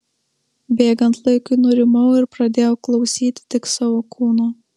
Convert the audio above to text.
bėgant laikui nurimau ir pradėjau klausyti tik savo kūno